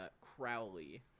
Crowley